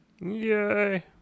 Yay